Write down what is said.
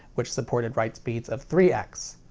which supported write speeds of three x.